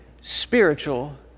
spiritual